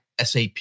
SAP